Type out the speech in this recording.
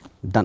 Done